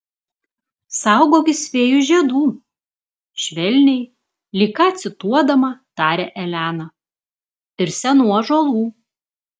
saugokis fėjų žiedų švelniai lyg ką cituodama tarė elena ir senų ąžuolų